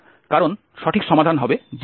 কারণ সঠিক সমাধান হবে GxHb